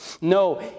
No